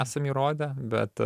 esam jį rodę bet